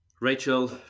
Rachel